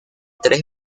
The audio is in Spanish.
tres